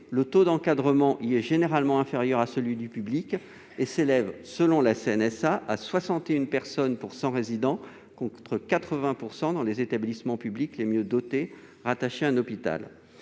le taux d'encadrement y est généralement inférieur à celui du secteur public et s'élève, selon la CNSA, à 61 personnes pour 100 résidents, contre 80 % dans les établissements publics les mieux dotés, rattachés à un hôpital.